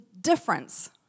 difference